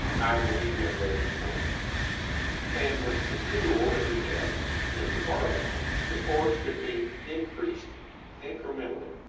i will be generating force and with the tool that we have in the barbell, the force can be increased incrementally